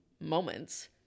moments